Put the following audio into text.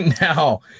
Now